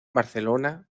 barcelona